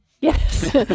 Yes